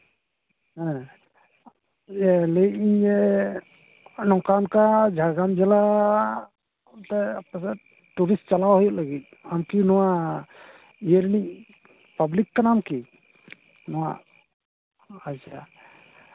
ᱤᱭᱟᱹ ᱞᱟᱹᱭᱫᱟᱹᱧ ᱡᱮ ᱱᱚᱝᱠᱟ ᱚᱝᱠᱟ ᱡᱷᱟᱲᱜᱨᱟᱢ ᱡᱮᱞᱟ ᱚᱱᱛᱮ ᱟᱯᱮ ᱥᱮᱫ ᱴᱩᱨᱤᱥᱴ ᱪᱟᱞᱟᱣ ᱦᱩᱭᱩᱜ ᱞᱟᱹᱜᱤᱫ ᱟᱢᱠᱤ ᱱᱚᱣᱟ ᱤᱭᱟᱹ ᱨᱤᱱᱤᱡ ᱯᱟᱵᱽᱞᱤᱠ ᱠᱟᱱᱟᱢ ᱠᱤ ᱱᱚᱣᱟ ᱟᱪᱪᱷᱟ